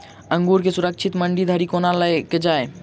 अंगूर केँ सुरक्षित मंडी धरि कोना लकऽ जाय?